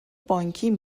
بانکیم